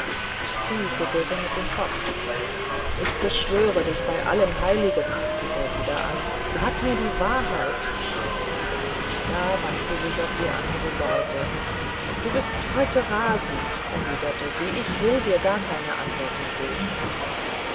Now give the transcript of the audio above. sie schüttelte mit dem kopf ich beschwöre dich bei allen heiligen hub er wieder an sag mir die wahrheit da wandte sie sich auf die andere seite du bist heute rasend erwiderte sie ich will dir gar keine antwort mehr geben